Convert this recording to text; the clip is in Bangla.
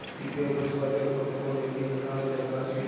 ইউ.পি.আই পরিষেবা চালু করতে কোন ব্যকিং একাউন্ট এর কি দরকার আছে?